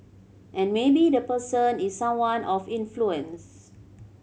and maybe the person is someone of influence